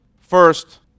First